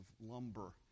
lumber